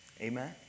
amen